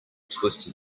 twisted